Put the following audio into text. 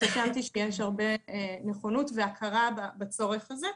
התרשמתי שיש נכונות והכרה בצורך הזה.